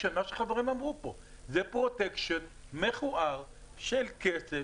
זה פרוטקשן מכוער של כסף,